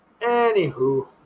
Anywho